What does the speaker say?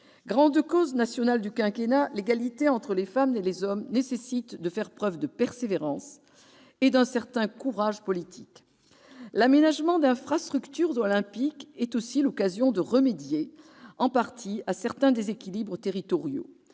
Grande cause nationale du quinquennat, l'égalité entre les femmes et les hommes nécessite de faire preuve de persévérance et d'un certain courage politique. L'aménagement d'infrastructures olympiques est aussi l'occasion de remédier, en partie, à certains déséquilibres territoriaux.